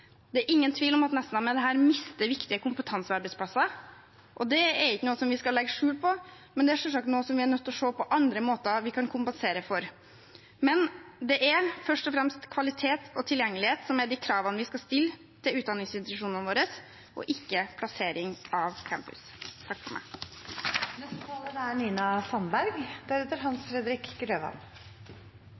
Det er ingen tvil om at Nesna med dette mister viktige kompetansearbeidsplasser, og det er ikke noe vi skal legge skjul på, men vi er selvsagt nødt til å se på andre måter vi kan kompensere for det på. Men det er først og fremst kvalitet og tilgjengelighet vi skal stille krav om til utdanningsinstitusjonene våre – ikke plassering av campusene. I Nordland og på Helgeland er det et stort behov for lærere og sykepleiere, og det er